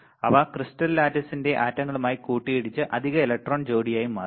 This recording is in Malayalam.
അവ ക്രിസ്റ്റൽ ലാറ്റിസിന്റെ ആറ്റങ്ങളുമായി കൂട്ടിയിടിച്ച് അധിക ഇലക്ട്രോൺ ജോഡിയായി മാറുന്നു